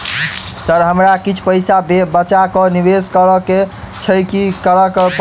Sir हमरा किछ पैसा बचा कऽ निवेश करऽ केँ छैय की करऽ परतै?